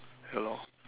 ya lor